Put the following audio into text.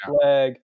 flag